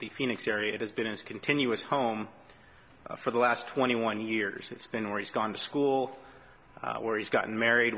the phoenix area has been a continuous home for the last twenty one years it's been where he's gone to school where he's gotten married